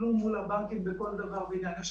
הבנק אישר.